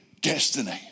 destiny